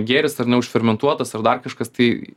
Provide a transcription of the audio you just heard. gėris ar ne užfermentuotas ar dar kažkas tai